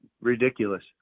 Ridiculous